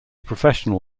professional